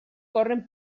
corren